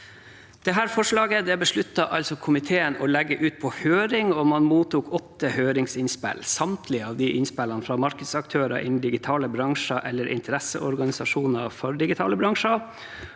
Dette forslaget besluttet komiteen å legge ut på høring, og man mottok åtte høringsinnspill. Samtlige av innspillene fra markedsaktører innen digitale bransjer eller interesseorganisasjoner for digitale bransjer